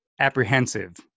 apprehensive